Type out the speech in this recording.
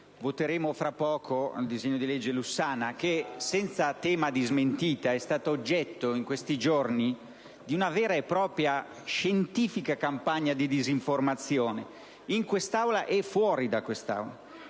voteremo il disegno di legge Lussana che, lo dico senza tema di smentita, è stato oggetto in questi giorni di una vera e propria, scientifica campagna di disinformazione, in quest'Aula e fuori da quest'Aula.